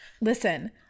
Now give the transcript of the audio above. Listen